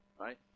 right